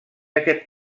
aquest